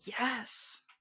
Yes